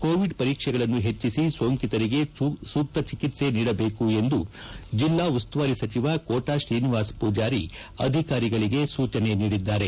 Covid ಪರೀಕ್ಷೆಗಳನ್ನು ಹೆಚ್ಚಿಸಿ ಸೋಂಕಿತರಿಗೆ ಸೂಕ್ತ ಚಿಕಿತ್ಸೆ ನೀಡಬೇಕು ಎಂದು ಜಿಲ್ಲಾ ಉಸ್ತುವಾರಿ ಸಚಿವ ಕೋಟ ಶ್ರೀನಿವಾಸ ಪೂಜಾರಿ ಅಧಿಕಾರಿಗಳಿಗೆ ಸೂಚನೆ ನೀಡಿದ್ದಾರೆ